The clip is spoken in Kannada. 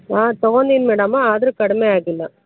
ಹಾಂ ತಗೊಂದೀನಿ ಮೇಡಮ್ಮ ಆದರೂ ಕಡಿಮೆ ಆಗಿಲ್ಲ